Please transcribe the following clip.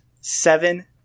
Seven